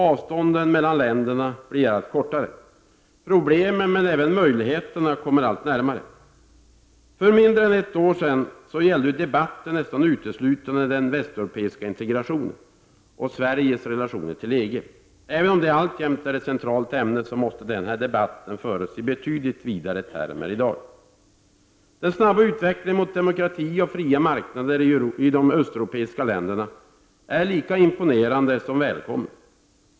Avstånden mellan länderna blir allt kortare: problemen men även möjligheterna kommer allt närmare. För mindre än ett år sedan gällde debatten nästan uteslutande den västeuropeiska integration och Sveriges relationer till EG. Även om detta alltjämt är ett centralt ämne måste debatten föras i betydligt vidare termer i dag. Den snabba utvecklingen mot demokrati och fria marknader i de östeuropeiska länderna är lika imponerande som välkommen.